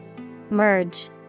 Merge